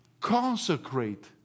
Consecrate